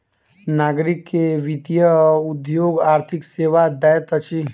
नागरिक के वित्तीय उद्योग आर्थिक सेवा दैत अछि